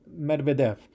Medvedev